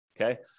okay